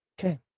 Okay